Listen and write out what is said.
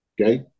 Okay